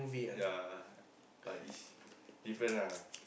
ya but it's different ah